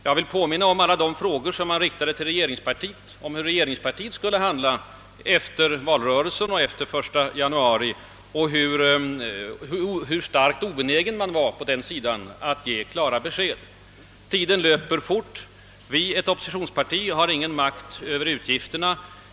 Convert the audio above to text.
Jag vill påminna om alla de frågor som vi riktade till regeringspartiet om hur man där skulle handla efter valet och efter den 1 januari i år och om det skattetryck vi då hade att räkna med. Men på den sidan var man då helt obenägen att ge klara besked. Tiden löper fort.